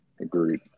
Agreed